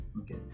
Okay